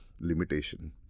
limitation